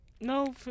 no